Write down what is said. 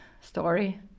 story